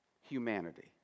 humanity